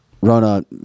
Rona